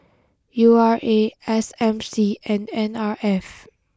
U R A S M C and N R F